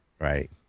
Right